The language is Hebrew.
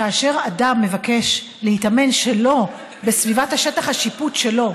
כאשר מבקשים לטמון אדם שלא בסביבת שטח השיפוט שלו,